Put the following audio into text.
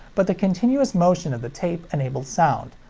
but the continuous motion of the tape enables sound,